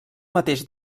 mateix